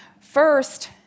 First